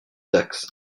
dax